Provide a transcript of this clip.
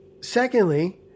secondly